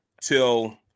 till